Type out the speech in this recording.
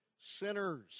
sinners